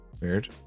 Weird